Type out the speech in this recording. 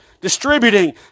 distributing